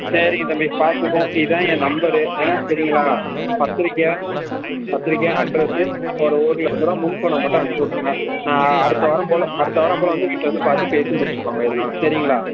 சரிங்க தம்பி பார்த்துக்குவோம் இதுதான் என் நம்பரு ஆ சரிங்களா பத்திரிக்கை பத்திரிக்கை அட்ரஸு ஒரு ஒரு லட்ச ரூபா முன் பணம் மட்டும் அமுபிச்சு விட்ருங்க அடுத்த வாரம் போல் அடுத்த வரம் போல் வந்து வீட்டில வந்துப் பார்த்து பேசி முடிச்சுப்போம் எல்லாம் சரிங்களா